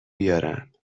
بیارم